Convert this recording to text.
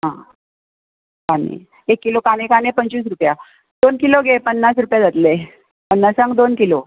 आ कांदे एक किलो कांदे कांदे पंचवीस रुपया दोन किलो घे पन्नास रुपया जातले पन्नासांग दोन किलो